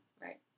right